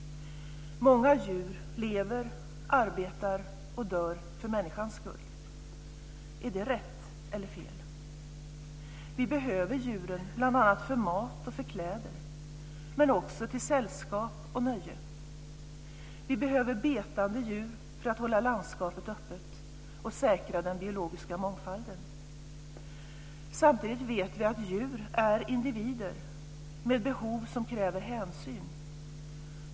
Många djur lever, arbetar och dör för människans skull. Är det rätt eller fel? Vi behöver djuren bl.a. för mat och för kläder, men också till sällskap och nöje. Vi behöver betande djur för att hålla landskapet öppet och säkra den biologiska mångfalden. Samtidigt vet vi att djur är individer med behov som kräver hänsyn.